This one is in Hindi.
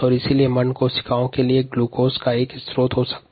इस प्रकार मंड कोशिका के लिए ग्लूकोज का स्त्रोत हो सकता है